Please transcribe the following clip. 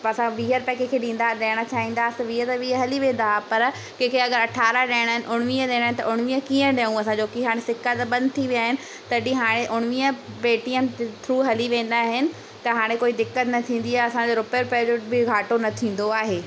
असां वीह रुपिया कंहिंखे ॾींदा ॾियणु चाहिंदासीं वीह त वीह हली वेंदा पर कंहिंखे अगरि अठारह ॾियणा आहिनि उणिवीह ॾियणा आहिनि त उणिवीह कीअं ॾियूं असांजो कीअं हाणे सिका त बंदि थी विया आहिनि तॾहिं हाणे उणिवीह पेटीएम थ्रू हली वेंदा आहिनि त हाणे कोई दिक़त न थींदी आहे असांजो रुपए रुपए जो बि घाटो न थींदो आहे